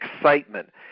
excitement